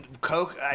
Coke